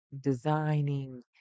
designing